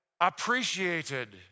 appreciated